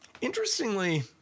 Interestingly